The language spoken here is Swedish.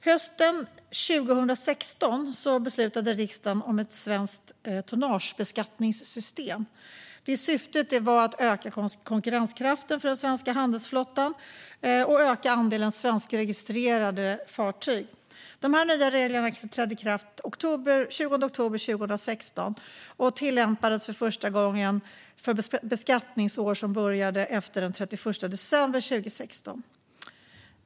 Hösten 2016 beslutade riksdagen om ett svenskt tonnagebeskattningssystem. Syftet var att öka den svenska handelsflottans konkurrenskraft och öka andelen svenskregistrerade fartyg. De nya reglerna trädde i kraft den 20 oktober 2016 och tillämpades första gången för beskattningsår som började efter den 31 december 2016.